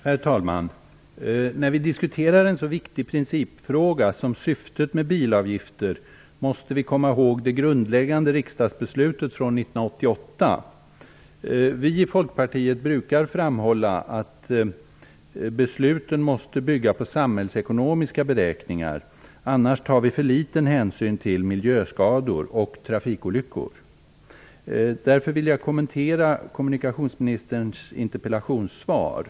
Herr talman! När vi diskuterar en så viktig principfråga som syftet med bilavgifter måste vi komma ihåg det grundläggande riksdagsbeslutet från 1988. Vi i Folkpartiet brukar framhålla att besluten måste bygga på samhällsekonomiska beräkningar, för annars tar vi för liten hänsyn till miljöskador och trafikolyckor. Därför vill jag kommentera kommunikationsministerns interpellationssvar.